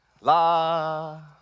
La